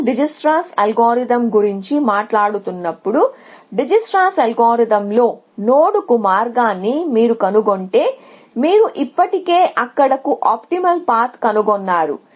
నేను Dijkstra's algorithm గురించి మాట్లాడుతున్నప్పుడు డిజేక్స్ట్రాస్ అల్గోరిథంలో నోడ్కు మార్గాన్ని మీరు కనుగొంటే మీరు ఇప్పటికే అక్కడకు ఆప్టిమల్ పాత్ కనుగొన్నారు